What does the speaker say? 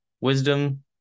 Wisdom